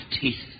teeth